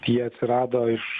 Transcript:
jie atsirado iš